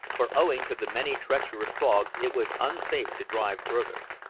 for owing to the many treacherous bogs it was unsafe to drive further.